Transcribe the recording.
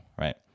right